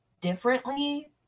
differently